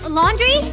laundry